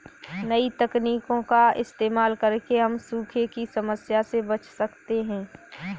नई तकनीकों का इस्तेमाल करके हम सूखे की समस्या से बच सकते है